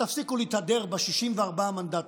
ותפסיקו להתהדר ב-64 המנדטים.